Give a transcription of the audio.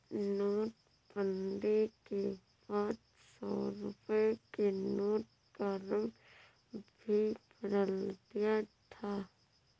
नोटबंदी के बाद सौ रुपए के नोट का रंग भी बदल दिया था